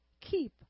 keep